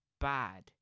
bad